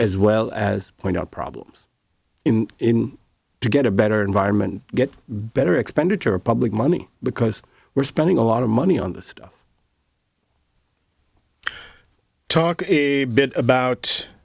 as well as point out problems to get a better environment get better expenditure of public money because we're spending a lot of money on this stuff talk a bit about